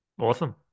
Awesome